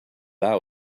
allow